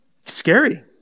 Scary